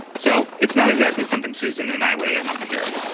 so it's not exactly something susan and i weigh in on here.